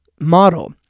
model